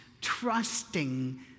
trusting